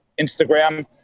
Instagram